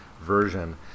version